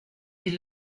est